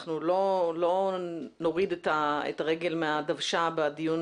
אנחנו לא נוריד את הרגל מהדוושה בדיון